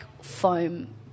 foam